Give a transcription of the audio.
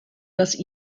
das